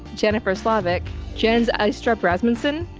jennifer, slavic jen aystrup rasmuson,